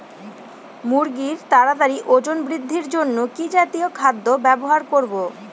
মুরগীর তাড়াতাড়ি ওজন বৃদ্ধির জন্য কি জাতীয় খাদ্য ব্যবহার করব?